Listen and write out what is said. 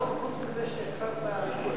הכול נכון, חוץ מזה שעצרת אחרי